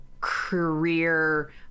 career